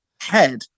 head